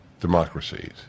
democracies